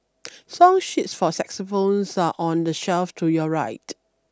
song sheets for xylophones are on the shelf to your right